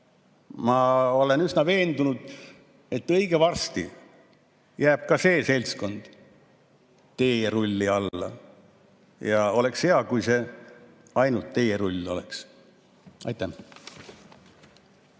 ma olen üsna veendunud, et õige varsti jääb ka see seltskond teerulli alla. Ja oleks hea, kui see ainult teerull oleks. Aitäh!